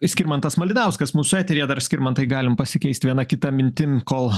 skirmantas malinauskas mūsų eteryje dar skirmantai galim pasikeist viena kita mintim kol